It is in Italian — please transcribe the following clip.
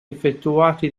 effettuati